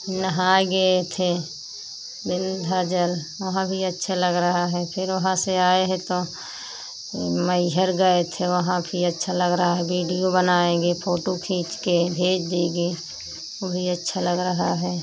नहाई गए थे विंदयाचल वहाँ भी अच्छा लग रहा है फिर वहाँ से आए है तो इ मैहर गए थे वहाँ भी अच्छा लगा रहा है बीडियो बनाएंगे फोटू खींच के भेज देंगे उ भी अच्छा लग रहा है